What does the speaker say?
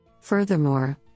Furthermore